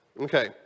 okay